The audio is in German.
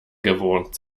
gewohnt